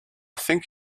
think